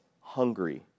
hungry